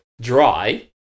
dry